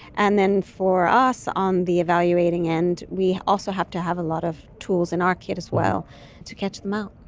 and then for us on the evaluating end, we also have to have a lot of tools in our kit as well to catch them out.